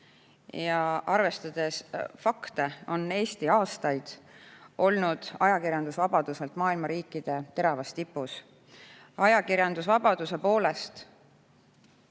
ja arvestades fakte, on Eesti aastaid olnud ajakirjandusvabaduselt maailma riikide teravas tipus. Ajakirjandusvabaduse poolest